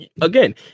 Again